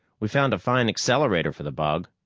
we've found a fine accelerator for the bug.